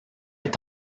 est